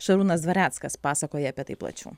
šarūnas dvareckas pasakoja apie tai plačiau